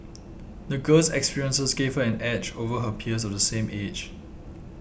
the girl's experiences gave her an edge over her peers of the same age